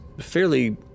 fairly